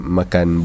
makan